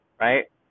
right